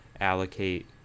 allocate